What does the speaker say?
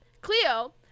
Cleo